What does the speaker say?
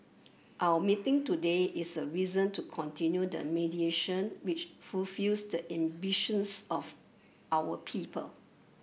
our meeting today is a reason to continue the mediation which fulfils the ambitions of our people